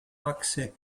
achse